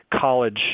college